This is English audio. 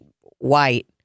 white